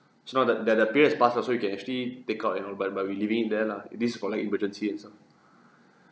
it's not that that the period has past so you can actually take out and all but but we leaving it there lah this is for like emergency and stuff